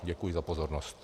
Děkuji za pozornost.